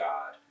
God